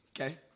Okay